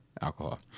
alcohol